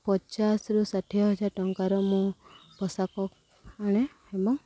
ପଚାଶରୁୁ ଷାଠିଏ ହଜାର ଟଙ୍କାର ମୁଁ ପୋଷାକ ଆଣେ ଏବଂ